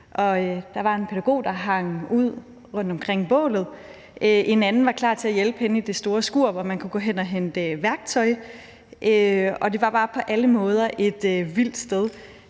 Der var en pædagog, der hang ud omkring bålet; en anden var klar til at hjælpe henne i det store skur, hvor man kunne gå hen og hente værktøj, og det var bare på alle måder et vildt sted.